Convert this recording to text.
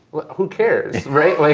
who cares, right? like